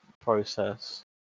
process